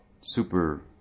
super